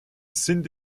sind